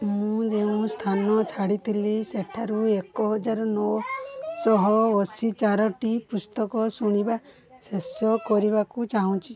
ମୁଁ ଯେଉଁ ସ୍ଥାନ ଛାଡ଼ିଥିଲି ସେଠାରୁ ଏକ ହଜାର ନଅ ଶହ ଅଶୀ ଚାରିଟି ପୁସ୍ତକ ଶୁଣିବା ଶେଷ କରିବାକୁ ଚାହୁଁଛି